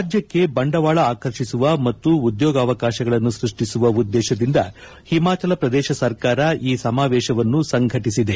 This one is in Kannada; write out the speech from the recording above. ರಾಜ್ಯಕ್ಷೆ ಬಂಡವಾಳ ಆಕರ್ಷಿಸುವ ಮತ್ತು ಉದ್ಯೋಗಾವಕಾಶಗಳನ್ನು ಸೃಷ್ಟಿಸುವ ಉದ್ದೇಶದಿಂದ ಹಿಮಾಚಲ ಪ್ರದೇಶ ಸರ್ಕಾರ ಈ ಸಮಾವೇಶವನ್ನು ಸಂಘಟಿಸಿದೆ